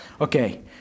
Okay